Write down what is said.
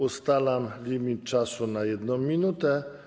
Ustalam limit czasu na 1 minutę.